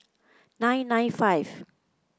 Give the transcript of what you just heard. nine nine five